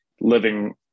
living